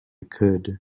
could